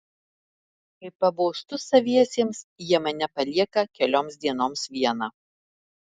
kai pabostu saviesiems jie mane palieka kelioms dienoms vieną